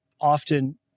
often